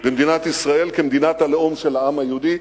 במדינת ישראל כמדינת הלאום של העם היהודי,